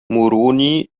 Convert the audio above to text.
moroni